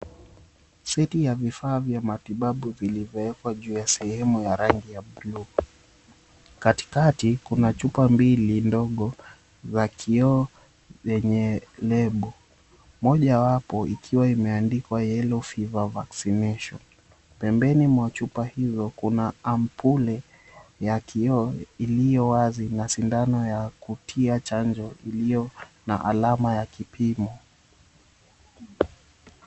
Seti ya vifaa vya matibabu vilivyowekwa juu ya sehemu ya rangi ya buluu. Katikati kuna chupa mbili ndogo za kioo zenye lebo. Mojawapo ikiwa imeandikwa, "Yellow Fever Vaccination." Pembeni mwa chupa hivyo kuna ampuli ya kioo iliyowazi na sindano ya kutia chanjo iliyo na alama ya kipimo.